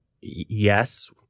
yes